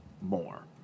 More